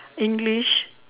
english